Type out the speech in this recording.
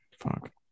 Fuck